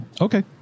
Okay